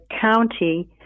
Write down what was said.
county